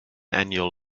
annual